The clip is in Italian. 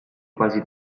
quasi